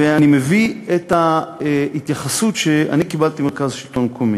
ואני מביא את ההתייחסות שאני קיבלתי ממרכז השלטון המקומי: